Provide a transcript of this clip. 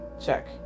Check